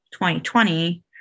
2020